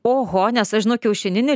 oho nes aš žinau kiaušininį